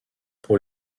pour